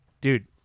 dude